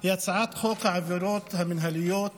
היא הצעת חוק העבירות המינהליות (תיקון,